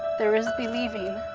there is believing,